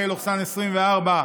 פ/2151/24,